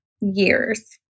years